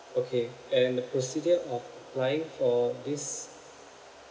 okay and the procedure of applying for this